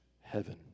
heaven